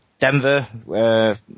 denver